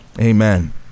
Amen